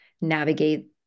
navigate